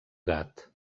gat